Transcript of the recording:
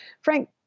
Frank